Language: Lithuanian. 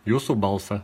jūsų balsą